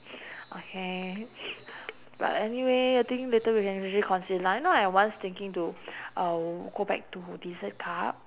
okay but anyway I think later we can us~ consi~ lah you know once thinking to uh go back to dessert cup